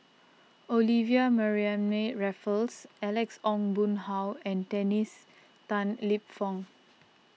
Olivia Mariamne Raffles Alex Ong Boon Hau and Dennis Tan Lip Fong